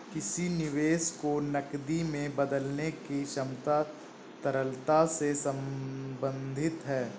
किसी निवेश को नकदी में बदलने की क्षमता तरलता से संबंधित है